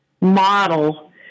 model